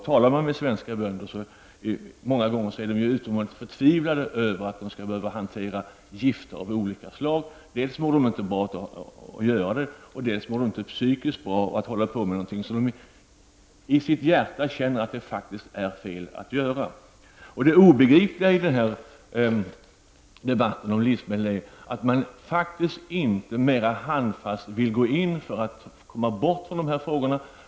Talar man med svenska bönder framgår det att de ofta är förtvivlade över att behöva hantera gifter av olika slag. De mår inte bra av att göra det, och de mår inte psykiskt bra av att göra någonting som de i sitt hjärta känner är fel. Det obegripliga i debatten om livsmedel är att man inte mera handfast vill gå in för att komma bort från denna hantering.